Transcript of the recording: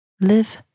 Live